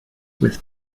with